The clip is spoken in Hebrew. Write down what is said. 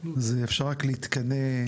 אפשר רק להתקנא.